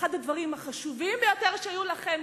אחד הדברים החשובים ביותר שהיו לכם,